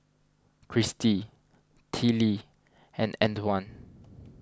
Kristi Teela and Antwan